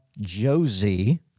Josie